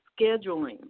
scheduling